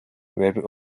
web